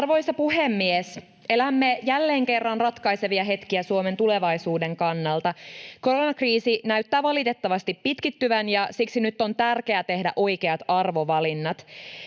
Arvoisa puhemies! Elämme jälleen kerran ratkaisevia hetkiä Suomen tulevaisuuden kannalta. Koronakriisi näyttää valitettavasti pitkittyvän, ja siksi nyt on tärkeää tehdä oikeat arvovalinnat.